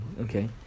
Okay